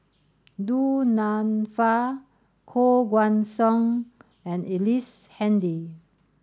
Du Nanfa Koh Guan Song and Ellice Handy